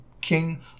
king